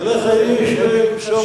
ילך האיש וימסור אינפורמציה.